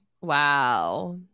Wow